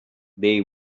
they